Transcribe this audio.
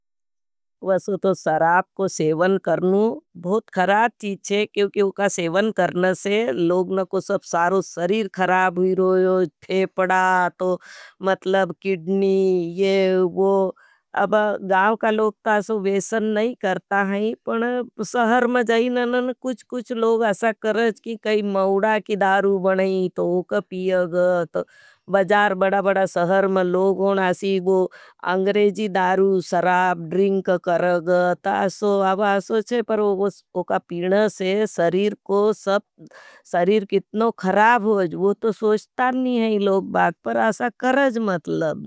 वैसे तो सराप को सेवन करना बहुत खराब चीच है। क्योंकि उका सेवन करना से लोगन को सब सारों सरीर खराब ही रहो। यो थेपडा तो मतलब किड़नी ये वो गाव का लोग ता सो वेसन नहीं करता है। पण सहर में जाएँ ननन कुछ कुछ लोग असा करज कि काई मौड़ा की दारू बनई। तो उक पिय गत बजार बड़ा बड़ा सहर में लोगन आसी। वो अंग्रेजी दारू सराप ड्रिंक कर गत आसो आब आसो चे पर उका पिन से सरीर। शरीर कितनो खराब होज वो तो सोष्टा नी है इन लोग बाग पर आसा करज मतलब।